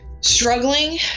Struggling